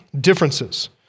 differences